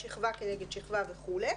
שכבה כנגד שכבה וכולי".